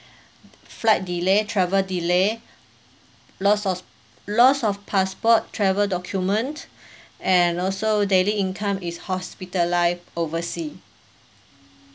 flight delay travel delay loss of loss of passport travel document and also daily income is hospitalise oversea